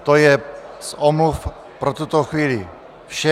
To je z omluv pro tuto chvíli vše.